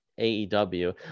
aew